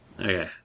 Okay